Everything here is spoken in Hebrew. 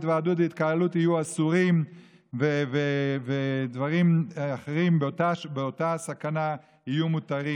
התוועדות והתקהלות יהיו אסורים ודברים אחרים באותה הסכנה יהיו מותרים.